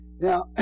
Now